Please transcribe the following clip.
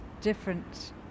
different